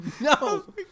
No